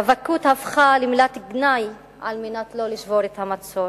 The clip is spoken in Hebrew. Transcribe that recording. רווקות הפכה למילת גנאי על מנת לא לשבור את המצור.